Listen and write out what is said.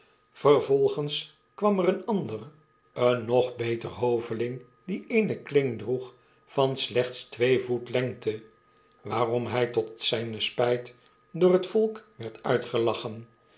vervolgens kwam er een ander een nog beter hoveling die eene kling droeg van slechts twee voet lengte waarom hjj tot zijne spijt door het volk werd uitgelachen